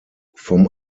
vom